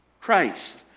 Christ